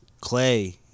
Clay